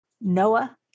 Noah